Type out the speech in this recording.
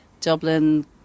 Dublin